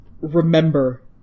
remember